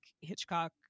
Hitchcock